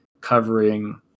covering